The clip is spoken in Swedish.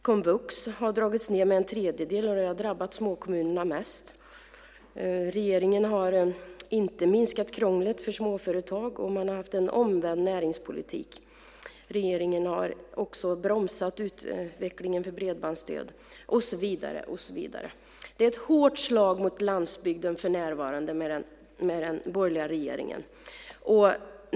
Komvux har dragits ned med en tredjedel, och det har drabbat småkommunerna mest. Regeringen har inte minskat krånglet för småföretag, och man har haft en omvänd näringspolitik. Regeringen har också bromsat utvecklingen av bredbandsstöd. Och så vidare. Det är ett hårt slag mot landsbygden för närvarande med den borgerliga regeringen.